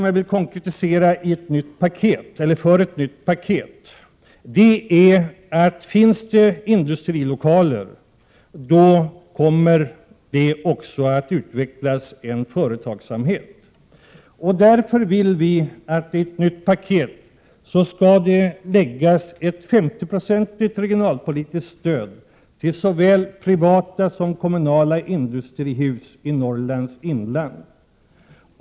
Jag vill konkretisera ytterligare en fråga för ett nytt paket. Om det finns industrilokaler utvecklas företagsamheten. Därför vill centerpartiet att det i ett nytt paket skall läggas ett 50-procentigt regionalpolitiskt stöd till såväl privata som kommunala industrihus i Norrlands inland.